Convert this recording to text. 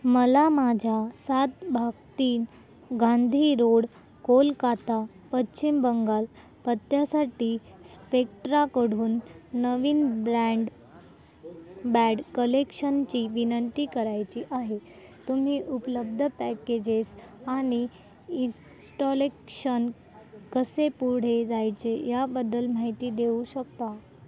मला माझ्या सात भाग तीन गांधी रोड कोलकाता पश्चिम बंगाल पत्त्यासाठी स्पेक्ट्राकडून नवीन ब्रँडबॅड कलेक्शनची विनंती करायची आहे तुम्ही उपलब्ध पॅकेजेस आणि इस्टॉलेक्शन कसे पुढे जायचे याबद्दल माहिती देऊ शकता